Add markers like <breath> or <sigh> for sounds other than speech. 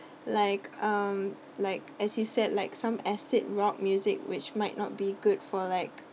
like um like as you said like some acid rock music which might not be good for like <breath>